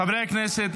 חברי הכנסת,